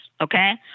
okay